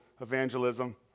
evangelism